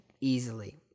easily